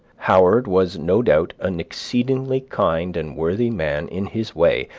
howard was no doubt an exceedingly kind and worthy man in his way,